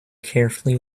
carefully